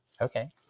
okay